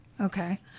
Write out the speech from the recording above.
Okay